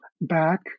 back